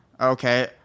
okay